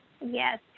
Yes